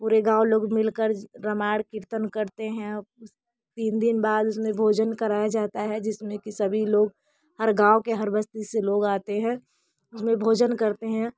पूरे गाँव लोग मिलकर रामायण कीर्तन करते हैं तीन दिन बाद उसमें भोजन कराया जाता है जिसमे की सभी लोग हर गाँव के हर बस्ती से लोग आते हैं उसमें भोजन करते हैं